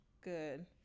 good